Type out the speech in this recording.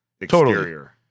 exterior